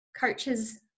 coaches –